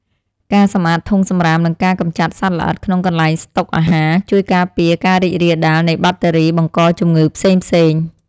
ការសម្អាតធុងសម្រាមនិងការកម្ចាត់សត្វល្អិតក្នុងកន្លែងស្តុកអាហារ ជួយការពារការរីករាលដាលនៃបាក់តេរីបង្កជំងឺផ្សេងៗ។